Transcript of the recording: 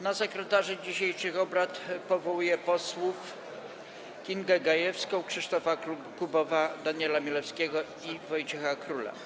Na sekretarzy dzisiejszych obrad powołuję posłów Kingę Gajewską, Krzysztofa Kubowa, Daniela Milewskiego i Wojciecha Króla.